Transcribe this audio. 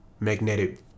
Magnetic